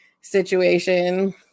situation